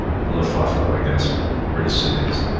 luftwaffe against british cities,